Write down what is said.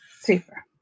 Super